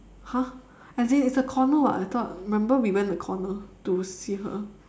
!huh! as in it's a corner [what] I thought remember when we went the corner to see her